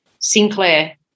Sinclair